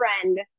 friend